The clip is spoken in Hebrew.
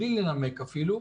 בלי לנמק אפילו,